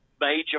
major